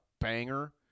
banger